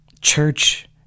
church